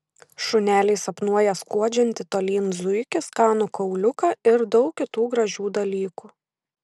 šuneliai sapnuoja skuodžiantį tolyn zuikį skanų kauliuką ir daug kitų gražių dalykų